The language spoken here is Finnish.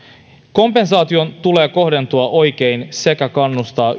kompensaation tulee kohdentua oikein sekä kannustaa